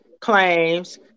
claims